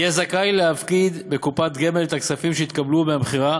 יהיה זכאי להפקיד בקופת גמל את הכספים שהתקבלו מהמכירה